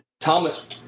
Thomas